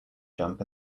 jump